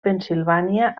pennsilvània